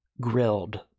grilled